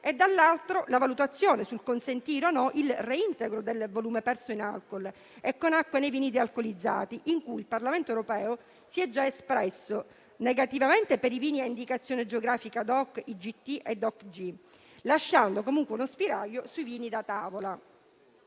lato, vi è la valutazione se consentire il reintegro del volume perso in alcool, con acqua, nei vini dealcolizzati. Il Parlamento europeo si è già espresso negativamente per i vini a indicazione geografica (DOCG, DOC, IGT), lasciando comunque uno spiraglio sui vini da tavola.